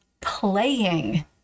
playing